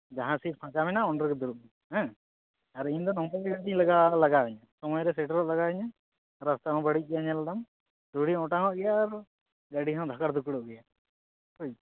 ᱡᱟᱦᱟᱸ ᱥᱤᱴ ᱯᱷᱟᱸᱠᱟ ᱢᱮᱱᱟᱜᱼᱟ ᱚᱸᱰᱮ ᱜᱮ ᱫᱩᱲᱩᱵ ᱢᱮ ᱦᱮᱸ ᱟᱨ ᱤᱧ ᱫᱚ ᱱᱚᱝᱠᱟ ᱜᱮ ᱜᱟᱹᱰᱤ ᱞᱟᱜᱟ ᱞᱟᱜᱟᱭᱤᱧᱟᱹ ᱥᱚᱢᱚᱭᱨᱮ ᱥᱮᱴᱮᱨᱚᱜ ᱞᱟᱜᱟᱣᱤᱧᱟᱹ ᱨᱟᱥᱛᱟ ᱦᱚᱸ ᱵᱟᱹᱲᱤᱡ ᱜᱮᱭᱟ ᱧᱮᱞ ᱮᱫᱟᱢ ᱫᱷᱩᱲᱤ ᱚᱴᱟᱝᱚᱜ ᱜᱮᱭᱟ ᱟᱨ ᱜᱟᱹᱰᱤ ᱦᱚᱸ ᱫᱷᱟᱠᱟᱲ ᱫᱷᱩᱠᱩᱲᱚᱜ ᱜᱮᱭᱟ ᱵᱩᱡ